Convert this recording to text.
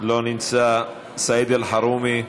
לא נמצא, סעיד אלחרומי,